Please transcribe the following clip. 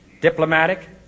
diplomatic